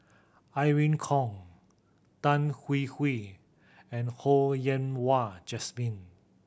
Irene Khong Tan Hwee Hwee and Ho Yen Wah Jesmine